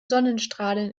sonnenstrahlen